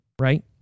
right